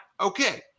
okay